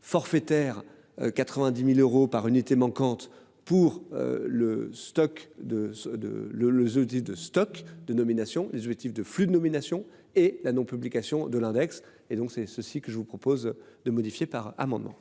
forfaitaire, 90.000 euros par unité manquante. Pour le stock de, de, le le jeudi de stock de nomination des objectifs de flux de nomination et la non-. Publication de l'index et donc c'est ceux-ci que je vous propose de modifier par amendements.